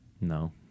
No